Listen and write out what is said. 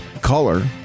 color